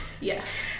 Yes